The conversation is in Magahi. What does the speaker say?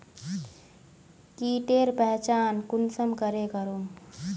कीटेर पहचान कुंसम करे करूम?